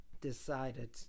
decided